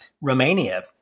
Romania